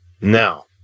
Now